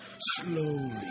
slowly